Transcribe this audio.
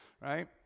Right